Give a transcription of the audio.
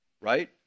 right